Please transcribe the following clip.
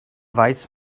weiß